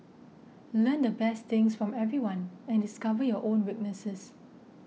learn the best things from everyone and discover your own weaknesses